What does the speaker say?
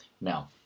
Now